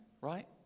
right